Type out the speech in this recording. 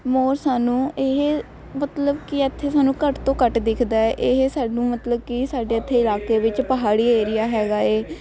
ਮੋਰ ਸਾਨੂੰ ਇਹ ਮਤਲਬ ਕਿ ਇੱਥੇ ਸਾਨੂੰ ਘੱਟ ਤੋਂ ਘੱਟ ਦਿਖਦਾ ਇਹ ਸਾਨੂੰ ਮਤਲਬ ਕਿ ਸਾਡੇ ਇੱਥੇ ਇਲਾਕੇ ਵਿੱਚ ਪਹਾੜੀ ਏਰੀਆ ਹੈਗਾ ਏ